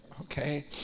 okay